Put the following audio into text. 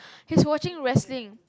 he's watching wrestling